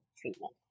treatment